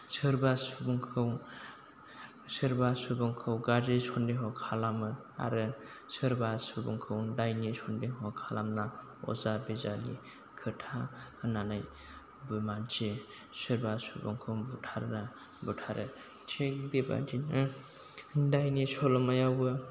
सोरबा सुबुंखौ सोरबा सुबुंखौ गाज्रि सनदेह खालामो आरो सोरबा सुबुंखौ दायनि सनदेह खालामना अजा बिजानि खोथा होननानै बु मानसि सोरबा सुबुंखौ बुथारा बुथारो थि बेबादिनो दायनि सल'मायावबो